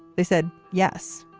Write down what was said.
they said, yes,